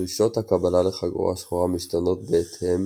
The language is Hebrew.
דרישות הקבלה לחגורה שחורה משתנות בהתאם